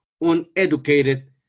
uneducated